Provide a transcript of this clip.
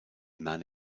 man